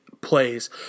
plays